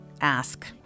ask